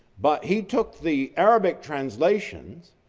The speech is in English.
but he took the arabic translations,